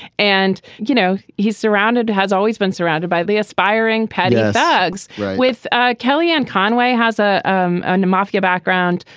and you know he's surrounded has always been surrounded by the aspiring petty thugs with ah kellyanne conway has a um and mafia background.